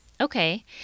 Okay